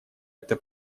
это